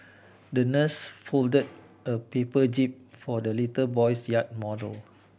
the nurse folded a paper jib for the little boy's yacht model